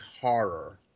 horror